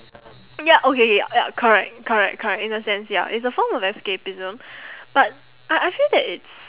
ya okay K ya correct correct correct in a sense ya it's a form of escapism but I I feel that it's